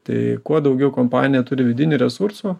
tai kuo daugiau kompanija turi vidinių resursų